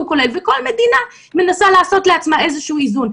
וכל מדינה מנסה לעשות לעצמה איזשהו איזון.